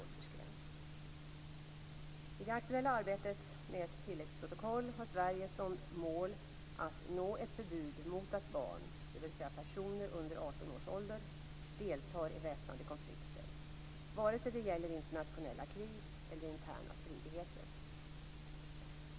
I det aktuella arbetet med ett tilläggsprotokoll har Sverige som mål att nå ett förbud mot att barn, dvs. personer under 18 års ålder, deltar i väpnade konflikter vare sig det gäller internationella krig eller interna stridigheter.